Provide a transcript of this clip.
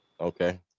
Okay